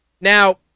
Now